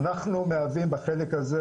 אנחנו מהווים בחלק הזה